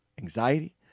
anxiety